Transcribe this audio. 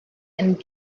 and